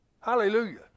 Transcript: Hallelujah